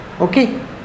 Okay